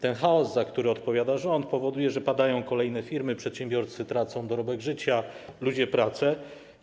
Ten chaos, za który odpowiada rząd, powoduje, że padają kolejne firmy, przedsiębiorcy tracą dorobek życia, a ludzie tracą pracę.